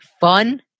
fun